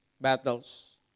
battles